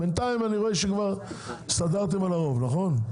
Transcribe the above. בינתיים אני רואה שהסתדרתם על הרוב נכון?